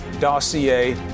dossier